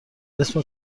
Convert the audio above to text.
اسم